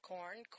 Corn